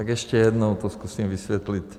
Tak ještě jednou to zkusím vysvětlit.